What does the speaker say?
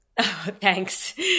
Thanks